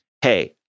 hey